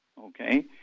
Okay